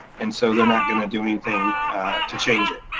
and so they're not gonna do anything to change it.